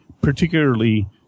particularly